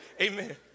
Amen